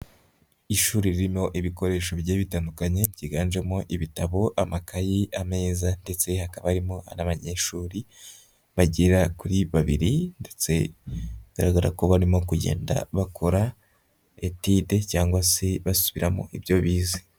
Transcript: Ishuri ririmo ibikoresho bigiye bitandukanye byiganjemo ibitabo, amakayi, ameza, ndetse hakaba harimo n'abanyeshuri bagera kuri babiri, ndetse bigaragara ko barimo kugenda bakora etide, cyangwa se basubiramo ibyo bize.